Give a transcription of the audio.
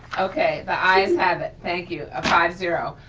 okay, the ayes have thank you, ah five zero.